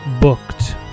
booked